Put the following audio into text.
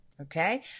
okay